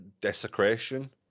desecration